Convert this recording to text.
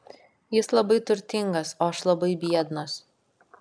jis labai turtingas o aš labai biednas